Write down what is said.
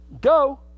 Go